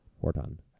Horton